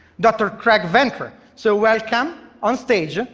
dr. craig venter. so welcome onstage,